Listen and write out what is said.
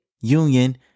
Union